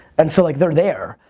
and so like, they're there.